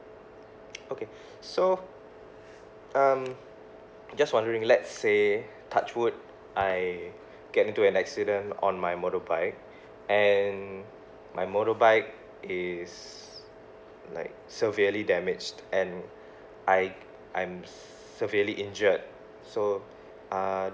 okay so um just wondering let's say touch wood I get into an accident on my motorbike and my motorbike is like severely damaged and I I'm s~ severely injured so uh